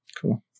Cool